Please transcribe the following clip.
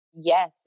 Yes